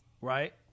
Right